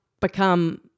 become